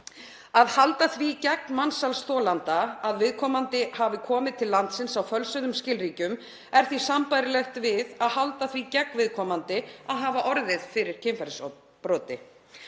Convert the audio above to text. Að halda því gegn mansalsþolanda að viðkomandi hafi komið til landsins á fölsuðum skilríkjum er því sambærilegt við að halda því gegn viðkomandi að hafa orðið fyrir kynferðisbroti.